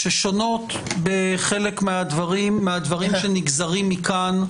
ששונות בחלק מהדברים שנגזרים מכאן,